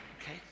Okay